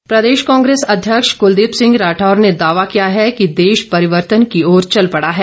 राठौर प्रदेश कांग्रेस अध्यक्ष कुलदीप सिंह राठौर ने दावा किया है कि देश परिवर्तन की ओर चल पड़ा है